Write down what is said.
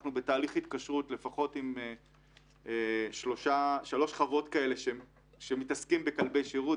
אנחנו בתהליך התקשרות לפחות עם שלוש חוות שמתעסקות בכלבי שירות.